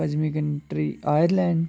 पंजमी country Ireland